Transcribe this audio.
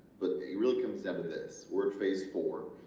but it really comes down to this we're in phase four,